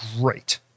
great